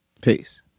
Peace